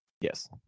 Yes